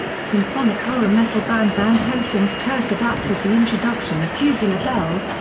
symphonic horror metal band van helsing's curse adapted the introduction of tubular bells,